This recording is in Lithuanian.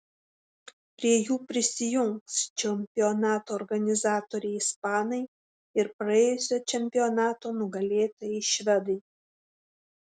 prie jų prisijungs čempionato organizatoriai ispanai ir praėjusio čempionato nugalėtojai švedai